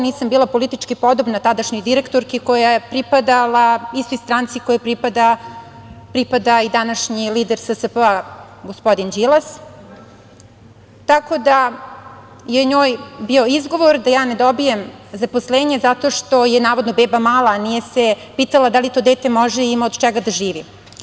Nisam bila politički podobna tadašnjoj direktorki koja je pripadala istoj stranci kojoj pripada i današnji lider SSP-a, gospodin Đilas, tako da je njoj bio izgovor da ja ne dobijem zaposlenje zato što je, navodno, beba mala, a nije se pitala da li to dete može i ima od čega da živi.